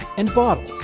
and bottles.